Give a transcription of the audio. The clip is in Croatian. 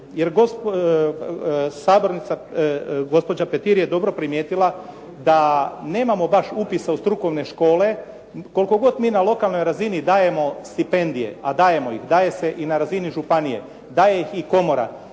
jer gospođa Petir je dobro primijetila da nemamo baš upisa u strukovne škole, koliko god mi na lokalnoj razini dajemo stipendije, a dajemo ih, daje se i na razini županije, daje ih i komora,